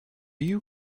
you